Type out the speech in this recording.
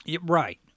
Right